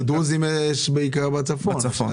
כי הדרוזים הם בעיקר בצפון.